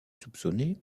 soupçonné